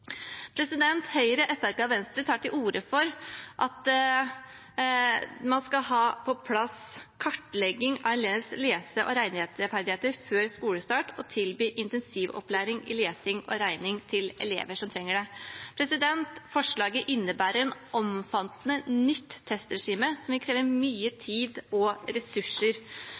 Høyre, Fremskrittspartiet og Venstre tar til orde for at man skal ha på plass en kartlegging av elevenes lese- og regneferdigheter før skolestart og tilby intensiv opplæring i lesing og regning til elever som trenger det. Forslaget innebærer et omfattende, nytt testregime som vil kreve mye tid og ressurser.